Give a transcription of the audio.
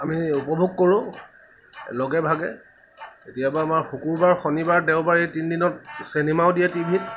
আমি উপভোগ কৰোঁ লগে ভাগে কেতিয়াবা আমাৰ শুকুৰবাৰ শনিবাৰ দেওবাৰ এই তিনিদিনত চিনেমাও দিয়ে টিভিত